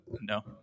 No